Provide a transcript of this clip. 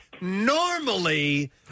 normally